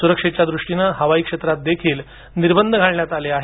सुरक्षेच्या दृष्टीने हवाई क्षेत्रात देखील निर्बंध घालण्यात आले आहेत